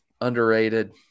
Underrated